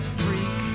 freak